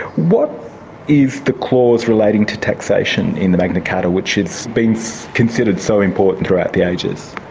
what is the clause relating to taxation in the magna carta, which has been considered so important throughout the ages?